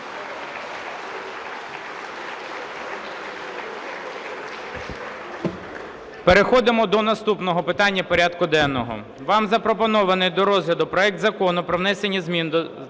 Переходимо до наступного питання порядку денного. Вам запропонований до розгляду проект Закону про внесення змін до деяких